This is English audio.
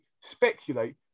speculate